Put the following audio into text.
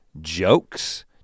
jokes